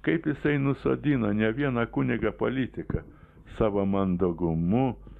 kaip jisai nusodino ne vieną kunigą politiką savo mandagumu